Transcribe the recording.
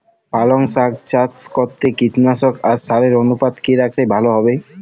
পালং শাক চাষ করতে কীটনাশক আর সারের অনুপাত কি রাখলে ভালো হবে?